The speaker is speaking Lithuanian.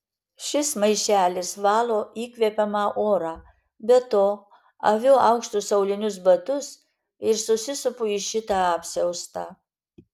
šis maišelis valo įkvepiamą orą be to aviu aukštus aulinius batus ir susisupu į šitą apsiaustą